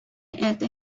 earth